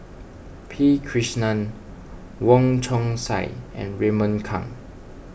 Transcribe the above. P Krishnan Wong Chong Sai and Raymond Kang